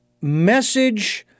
message